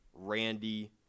randy